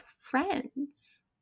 friends